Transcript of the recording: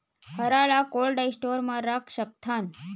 हरा ल cold store म रख सकथन?